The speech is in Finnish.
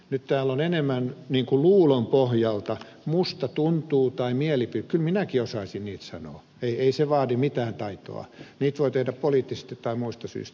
nyt täällä on esitetty enemmän niin kuin luulon pohjalta musta tuntuu tai mielipiteitä kyllä minäkin osaisin niitä sanoa ei se vaadi mitään taitoa niitä voi tehdä poliittisista tai muista syistä